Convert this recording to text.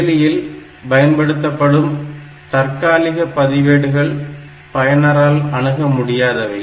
செயலியில் பயன்படுத்தப்படும் தாற்காலிக பதிவேடுகள் பயனரால் அணுக முடியாதவை